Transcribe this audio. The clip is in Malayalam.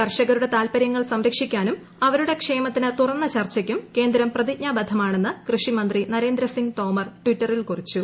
കർഷകരുടെ താൽപ്പർ്യങ്ങൾ സംരക്ഷിക്കാനും അവരുടെ ക്ഷേമത്തിന് തുറന്ന ചർച്ചയ്ക്കും കേന്ദ്രം പ്രതിജ്ഞാബദ്ധമാണെന്ന് കൃഷിമന്ത്രി നരേന്ദ്ര സിങ് ്തോമർ ടിറ്ററിൽ കുറിച്ചു